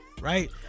right